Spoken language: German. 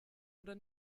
oder